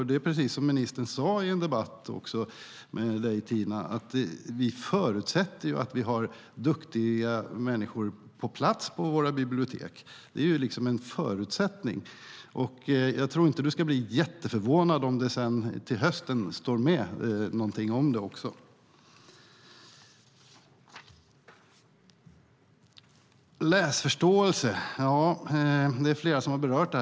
Det är precis som ministern sade i en debatt att vi förutsätter att vi har duktiga människor på plats på våra bibliotek. Det är liksom en förutsättning. Jag tror inte att du ska bli jätteförvånad om det till hösten står någonting om det också. Läsförståelse är det flera som har berört.